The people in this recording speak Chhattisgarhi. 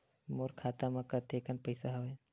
मोर खाता म कतेकन पईसा हवय?